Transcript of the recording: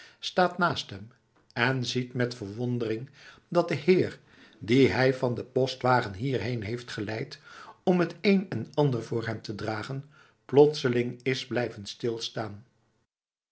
staat naast hem en ziet met verwondering dat de heer dien hij van den postwagen hierheen heeft geleid om het een en ander voor hem te dragen plotseling is blijven stilstaan